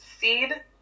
seed